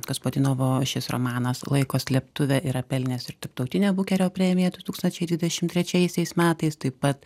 gaspodinovo šis romanas laiko slėptuvė yra pelnęs ir tarptautinę bukerio premiją du tūkstančiai dvidešimt trečiaisiais metais taip pat